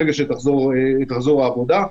ברגע שתחזור העבודה.